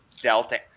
Delta